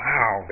Wow